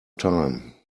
time